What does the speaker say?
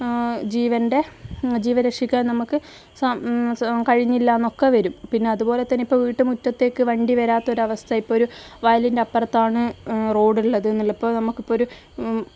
ജീവൻ്റെ ജീവൻ രക്ഷിക്കാൻ നമുക്ക് സാം കഴിഞ്ഞില്ലയെന്നൊക്കെ വരും പിന്നെ അതുപോലെ തന്നെ ഇപ്പോൾ വീട്ടുമുറ്റത്തേക്ക് വണ്ടി വരാത്ത ഒരു അവസ്ഥ ഇപ്പോൾ ഒരു വയലിൻ്റെ അപ്പുറത്താണ് റോഡുള്ളത് എന്നുള്ളത് അപ്പോൾ നമുക്കിപ്പോൾ ഒരു